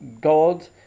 God